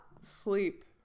Sleep